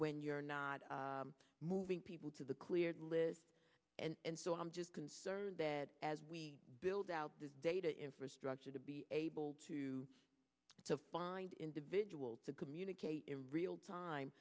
when you're not moving people to the cleared list and so i'm just concerned bed as we build out the data infrastructure to be able to find individuals to communicate in real time